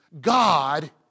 God